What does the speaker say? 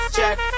Check